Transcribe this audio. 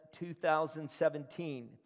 2017